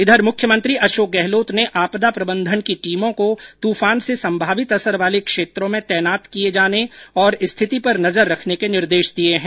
इधर मुख्यमंत्री अशोक गहलोत ने आपदा प्रबंधन की टीमों को तूफान से संभावित असर वाले क्षेत्रों में तैनात किये जाने और स्थिति पर नजर रखने के निर्देश दिये हैं